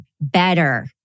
better